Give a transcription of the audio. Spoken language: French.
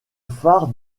phare